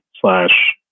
slash